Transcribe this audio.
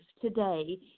today